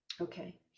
Okay